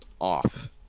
off